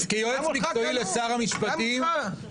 כיועץ מקצועי לשר המשפטים,